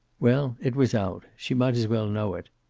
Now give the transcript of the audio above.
well, it was out. she might as well know it.